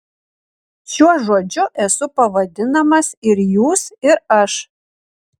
šiuo žodžiu esu pavadinamas ir jūs ir aš